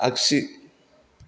आगसि